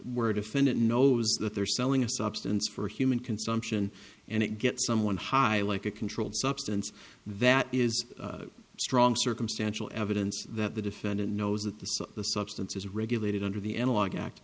word defendant knows that they're selling a substance for human consumption and it gets someone high like a controlled substance that is strong circumstantial evidence that the defendant knows that the so the substance is regulated under the analog